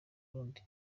burundi